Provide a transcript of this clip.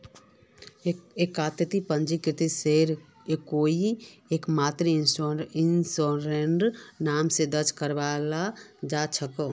एकता पंजीकृत शेयर कोई एकता इंसानेर नाम स दर्ज कराल जा छेक